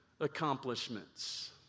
accomplishments